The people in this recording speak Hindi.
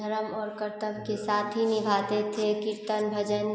धरम और कर्तव्य के साथ ही निभाते थे कीर्तन भजन